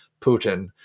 Putin